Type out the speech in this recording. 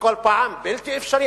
וכל פעם: בלתי אפשרי.